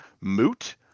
moot